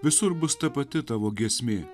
visur bus ta pati tavo giesmė